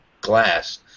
glass